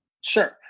Sure